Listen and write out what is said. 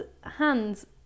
hands